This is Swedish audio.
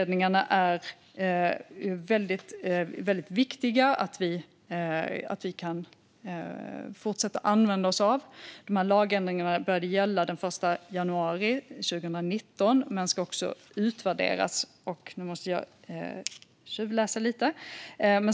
Det är viktigt att vi kan fortsätta att använda oss av dessa utredningar. Lagändringarna började gälla den 1 januari 2019, och de ska utvärderas.